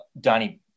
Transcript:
Donnie